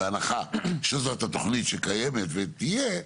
בהנחה שזאת התכנית שקיימת ותהיה,